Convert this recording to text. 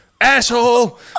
asshole